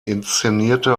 inszenierte